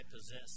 possess